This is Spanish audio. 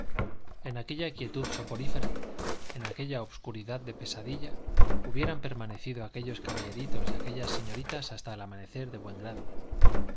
en aquella quietud soporífera en aquella obscuridad de pesadilla hubieran permanecido aquellos caballeritos y aquellas señoritas hasta el amanecer de buen grado